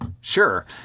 Sure